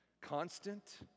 Constant